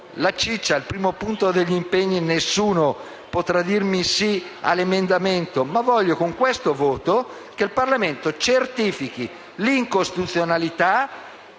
la "ciccia" il primo punto degli impegni, nessuno potrà votare sì all'emendamento, ma voglio con questo voto che il Parlamento certifichi l'incostituzionalità